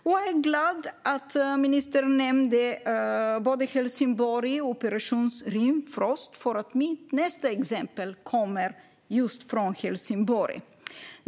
Jag är glad över att ministern nämnde både Helsingborg och Operation Rimfrost. Mitt nästa exempel kommer nämligen just från Helsingborg.